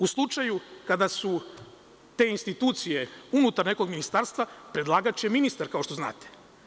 U slučaju kada su te institucije unutar nekog ministarstva, predlagač je ministar, kao što znate.